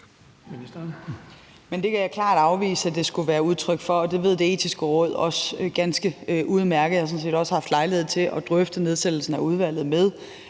Det kan jeg klart afvise at det skulle være udtryk for, og det ved Det Etiske Råd også ganske udmærket. Jeg har sådan set også haft lejlighed til at drøfte nedsættelsen af udvalget med